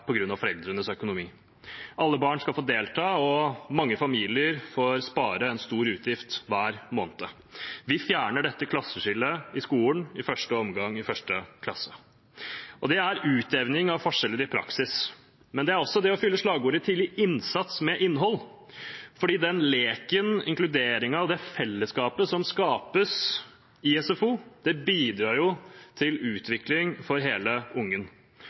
Alle barn skal få delta, og mange familier sparer en stor utgift hver måned. Vi fjerner dette klasseskillet i skolen – i første omgang for første klasse. Det er utjevning av forskjeller i praksis, men det er også det å fylle slagordet «Tidlig innsats» med innhold, for leken, inkluderingen og fellesskapet som skapes i SFO, bidrar til utvikling av hele